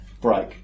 break